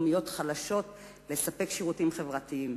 מקומיות חלשות לספק שירותים חברתיים.